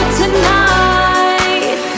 tonight